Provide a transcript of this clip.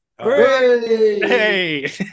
Hey